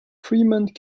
fremont